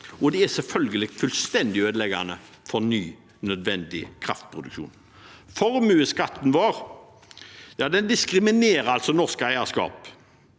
og det er selvfølgelig fullstendig ødeleggende for ny, nødvendig kraftproduksjon. Formuesskatten vår diskriminerer norsk eierskap.